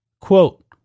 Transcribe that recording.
Quote